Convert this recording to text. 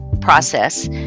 process